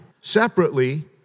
separately